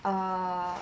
err